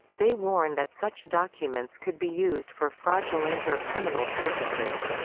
they warn that such documents could be used for fraudulent or criminal purposes.